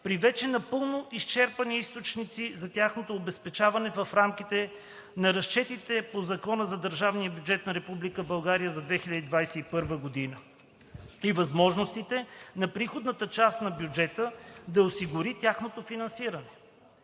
при вече напълно изчерпани източници за тяхното обезпечаване в рамките на разчетите по Закона за държавния бюджет на Република България за 2021 г., и възможностите на приходната част на бюджета да осигури тяхното финансиране.